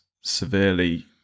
severely